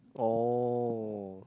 oh